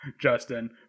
Justin